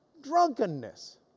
drunkenness